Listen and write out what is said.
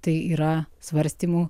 tai yra svarstymų